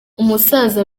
umusaza